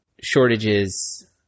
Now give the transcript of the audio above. shortages